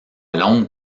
longue